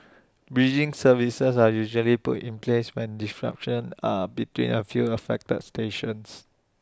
bridging services are usually put in place when disruptions are between A few affected stations